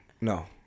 No